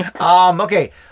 Okay